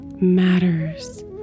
matters